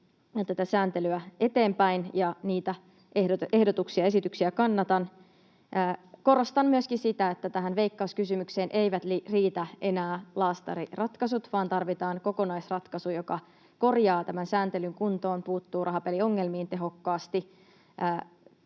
tätä sääntelyä eteenpäin, ja niitä esityksiä kannatan. Korostan myöskin sitä, että tähän Veikkaus-kysymykseen eivät riitä enää laastariratkaisut, vaan tarvitaan kokonaisratkaisu, joka korjaa tämän sääntelyn kuntoon, puuttuu rahapeliongelmiin tehokkaasti,